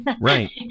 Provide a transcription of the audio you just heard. right